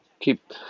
keep